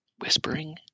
whispering